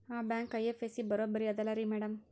ಆ bank IFSC ಬರೊಬರಿ ಅದಲಾರಿ ಮ್ಯಾಡಂ?